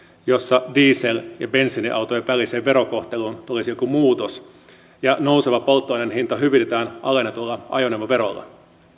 jossa diesel ja bensiiniautojen väliseen verokohteluun tulisi joku muutos ja nouseva polttoaineen hinta hyvitetään alennetulla ajoneuvoverolla